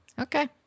Okay